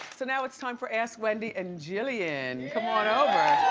so now it's time for ask wendy and jillian, come on over.